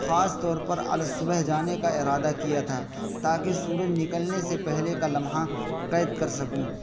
خاص طور پر علی الصبح جانے کا ارادہ کیا تھا تاکہ سورج نکلنے سے پہلے کا لمحہ قید کر سکوں